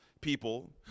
people